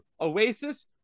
oasis